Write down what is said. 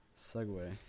Segway